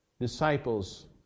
disciples